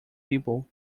people